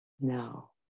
No